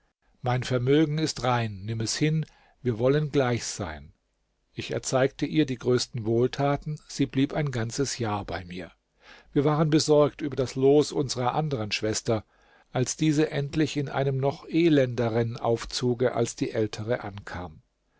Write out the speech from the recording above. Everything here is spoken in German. mein vermögen ist rein nimm es hin wir wollen gleich sein ich erzeigte ihr die größten wohltaten sie blieb ein ganzes jahr bei mir wir waren besorgt über das los unserer anderen schwester als diese endlich in einem noch elenderen aufzuge als die ältere ankam